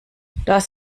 das